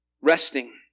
Resting